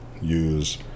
use